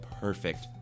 perfect